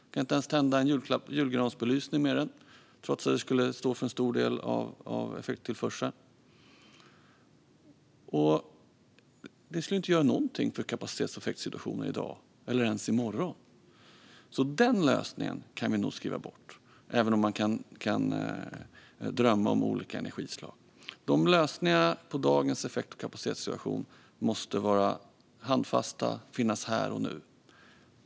De kan inte ens tända en julgransbelysning med den trots att den skulle stå för en stor del av effekttillförseln. Det skulle inte göra någonting för kapacitets och effektsituationen i dag, eller ens i morgon. Så den lösningen kan vi nog avskriva även om man kan drömma om olika energislag. Lösningarna på dagens effekt och kapacitetssituation måste vara handfasta och finnas här och nu.